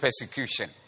persecution